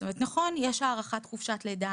נכון שיש היום הארכת חופשת לידה,